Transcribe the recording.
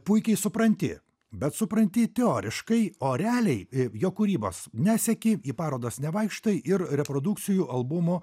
puikiai supranti bet supranti teoriškai o realiai jo kūrybos neseki į parodas nevaikštai ir reprodukcijų albumo